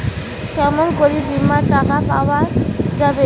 কেমন করি বীমার টাকা পাওয়া যাবে?